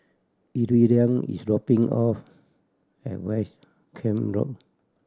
Iridian is dropping off at West Camp Road